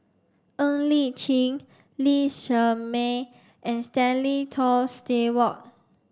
Ng Li Chin Lee Shermay and Stanley Toft Stewart